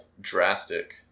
drastic